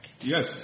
yes